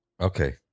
Okay